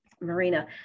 Marina